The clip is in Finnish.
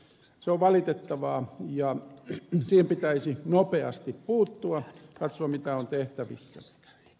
se on valitettavaa ja siihen pitäisi nopeasti puuttua katsoa mitä on tehtävissä